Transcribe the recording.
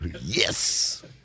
Yes